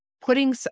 putting